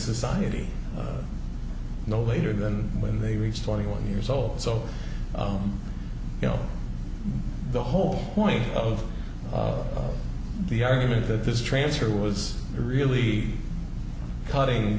society no later than when they reach twenty one years old so you know the whole point of the argument that this transfer was really cutting